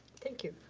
thank you.